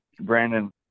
Brandon